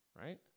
right